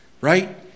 right